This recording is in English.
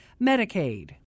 Medicaid